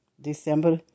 December